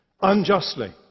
unjustly